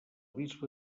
bisbe